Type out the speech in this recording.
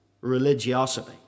religiosity